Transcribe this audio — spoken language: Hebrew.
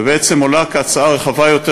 ובעצם עולה כהצעה רחבה יותר,